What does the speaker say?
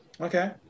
Okay